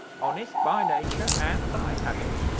honest by nature and by habit,